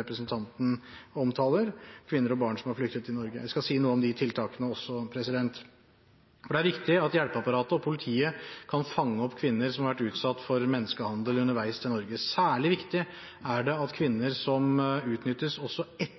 representanten omtaler – kvinner og barn som er flyktet til Norge. Jeg skal si noe om de tiltakene også. Det er riktig at hjelpeapparatet og politiet kan fange opp kvinner som har vært utsatt for menneskehandel underveis til Norge. Særlig viktig er det at kvinner som utnyttes også